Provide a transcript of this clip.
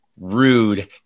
rude